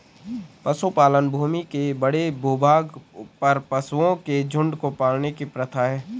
पशुपालन भूमि के बड़े भूभाग पर पशुओं के झुंड को पालने की प्रथा है